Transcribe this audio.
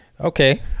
okay